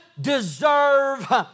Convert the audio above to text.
Deserve